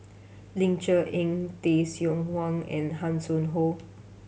Ling Cher Eng Tay Seow Huah and Hanson Ho